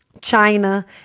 China